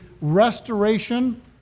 restoration